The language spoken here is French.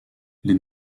les